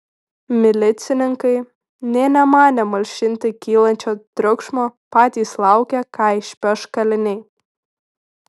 milicininkai nė nemanė malšinti kylančio triukšmo patys laukė ką išpeš kaliniai